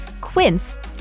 Quince